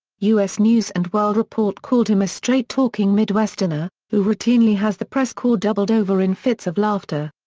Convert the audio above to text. u s. news and world report called him a straight-talking midwesterner who routinely has the press corps doubled over in fits of laughter.